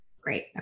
Great